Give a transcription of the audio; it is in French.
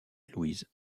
louise